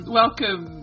welcome